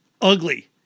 Ugly